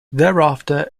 thereafter